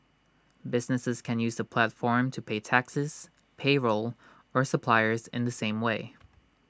businesses can use the platform to pay taxes payroll or suppliers in the same way